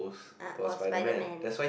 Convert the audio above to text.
uh was SpiderMan